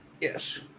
yes